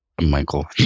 Michael